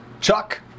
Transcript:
Chuck